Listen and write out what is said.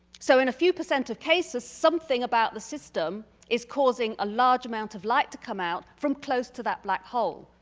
so in a few percent of cases, something about the system is causing a large amount of light to come out from close to that black hole.